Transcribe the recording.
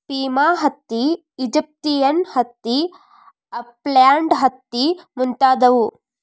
Pima ಹತ್ತಿ, Egyptian ಹತ್ತಿ, upland ಹತ್ತಿ ಮುಂತಾದವು